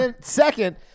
Second